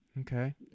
Okay